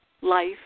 life